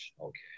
okay